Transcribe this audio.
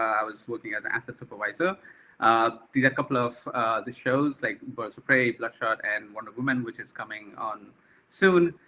i was working as asset supervisor did a couple of the shows like birds of prey, bloodshot, and wonder woman, which is coming on soon.